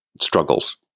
struggles